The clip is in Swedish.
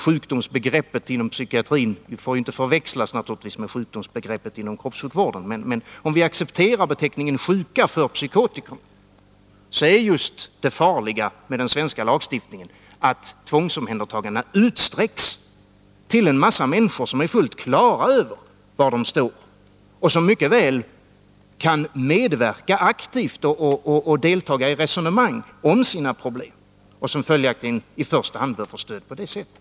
Sjukdomsbegreppet inom psykiatrin får inte förväxlas med sjukdomsbegreppet inom kroppssjukvården, men om vi accepterar beteckningen sjuka för psykotiker är just det farliga med den svenska lagstiftningen att tvångsomhändertagandet utsträcks till en massa människor, som är fullt klara över var de står och som mycket väl kan medverka aktivt och delta i resonemang om sina problem och som följaktligen i första hand bör få stöd på det sättet.